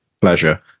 Pleasure